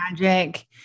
magic